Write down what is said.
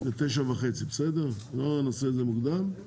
ב-09:30, לא נעשה את זה מוקדם, נמשיך,